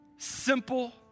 simple